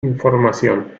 información